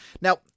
Now